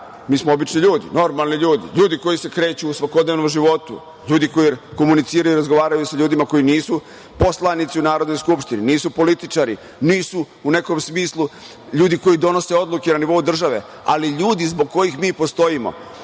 mi smo obični ljudi, normalni ljudi, ljudi koji se kreću u svakodnevnom životu, ljudi koji komuniciraju i razgovaraju sa ljudima koji nisu poslanici u Narodnoj skupštini, nisu političari, nisu u nekom smislu ljudi koji donose odluke na nivou države, ali ljudi zbog kojih mi postojimo.